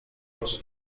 los